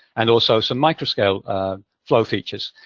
and also some microscale flow features.